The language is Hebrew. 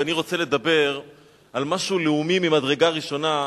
ואני רוצה לדבר על משהו לאומי ממדרגה ראשונה.